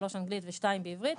שלוש אנגלית ושתיים בעברית.